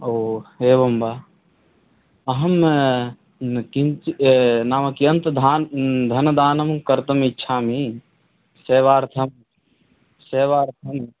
ओ एवं वा अहं नः किञ्चित् नाम कियन्तं धन् न् धनदानं कर्तुम् इच्छामि सेवार्थं सेवार्थं